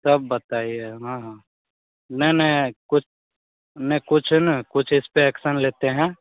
सब बताइए हाँ हाँ नहीं नहीं कुछ न कुछ इस पर एक्सन लेते हैं